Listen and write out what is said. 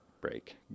break